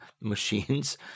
machines